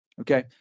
Okay